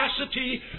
capacity